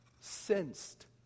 sensed